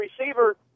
receiver